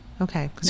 Okay